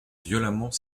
violemment